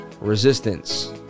resistance